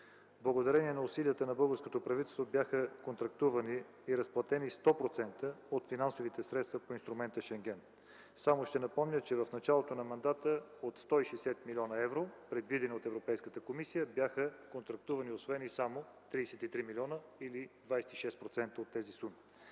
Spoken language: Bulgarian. Благодарение на усилията на българското правителство бяха контрактувани и разплатени 100% от финансовите средства по инструмента „Шенген”. Само ще напомня, че в началото на мандата от 160 млн. евро, предвидени от Европейската комисия, бяха контрактувани, освен и само, 33 милиона, или 26% от тези суми.